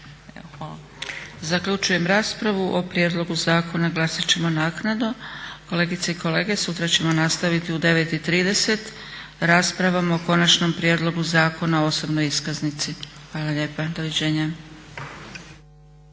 Zaključujem raspravu. O prijedlogu zakona glasat ćemo naknadno. Kolegice i kolege sutra ćemo nastaviti u 9,30 raspravom o konačnom prijedlogu Zakona o osobnoj iskaznici. Hvala lijepa. Doviđenja.